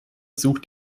sucht